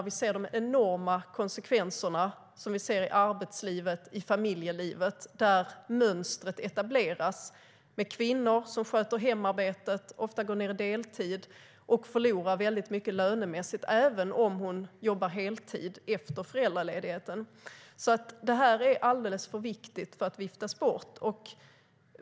Vi ser ju de enorma konsekvenserna i arbetslivet och i familjelivet, där mönstret etableras med kvinnor som sköter hemarbetet, ofta går ned till deltid och förlorar mycket lönemässigt, även om hon jobbar heltid efter föräldraledigheten. Det här är alldeles för viktigt för att viftas bort.